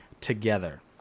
together